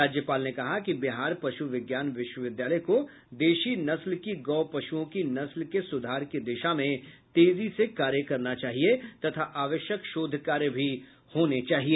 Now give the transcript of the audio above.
राज्यपाल ने कहा कि बिहार पश् विज्ञान विश्वविद्यालय को देशी नस्ल की गौ पश्ओं की नस्ल के सुधार की दिशा में तेजी से कार्य करना चाहिए तथा आवश्यक शोधकार्य भी होने चाहिए